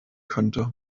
könnte